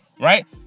right